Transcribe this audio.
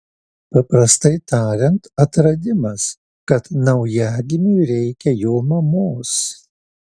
paprastai tariant atradimas kad naujagimiui reikia jo mamos